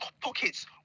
pockets